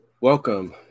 welcome